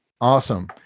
awesome